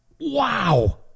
wow